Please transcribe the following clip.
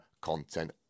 content